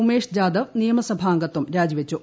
ഉമേഷ് ജാദവ് നിയമസഭാ അംഗത്വം രാജിവച്ചു